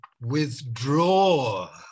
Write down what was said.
withdraw